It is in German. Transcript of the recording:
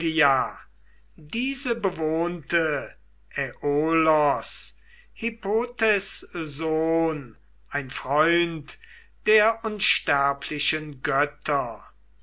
diese bewohnte aiolos hippotes sohn ein freund der unsterblichen götter